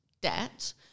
debt